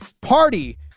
party